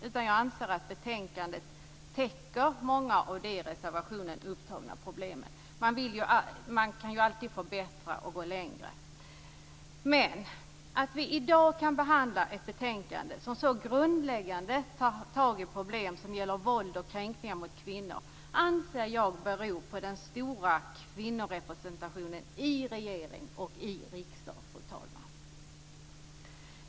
I stället anser jag att betänkandet täcker många av de i reservationstexten upptagna problemen men man kan ju alltid förbättra och gå längre. Att vi i dag kan behandla ett betänkande där man så grundläggande tar tag i problem som gäller våld mot och kränkningar av kvinnor anser jag, fru talman, beror på den stora kvinnorepresentationen i regering och riksdag.